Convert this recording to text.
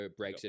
Brexit